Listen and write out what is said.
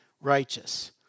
righteous